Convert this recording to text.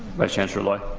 vice chancellor loy.